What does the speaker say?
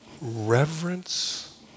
reverence